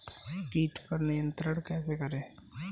कीट पर नियंत्रण कैसे करें?